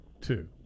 two